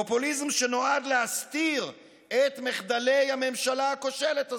פופוליזם שנועד להסתיר את מחדלי הממשלה הכושלת הזאת.